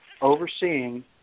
overseeing